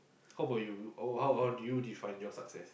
how about you or how how did you define your success